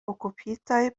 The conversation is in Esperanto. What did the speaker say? okupitaj